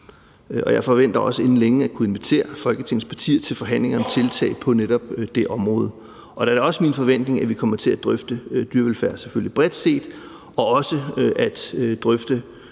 Jeg forventer også inden længe at kunne invitere Folketingets partier til forhandlinger om tiltag på netop det område. Det er da også min forventning, at vi selvfølgelig kommer til at drøfte dyrevelfærd bredt set og også at drøfte,